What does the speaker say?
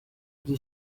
die